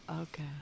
Okay